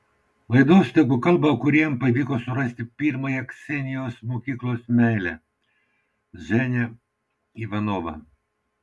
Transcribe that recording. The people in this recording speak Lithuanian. laidos tegul kalba kūrėjams pavyko surasti pirmąją ksenijos mokyklos meilę ženią ivanovą